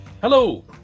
Hello